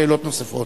שאלות נוספות.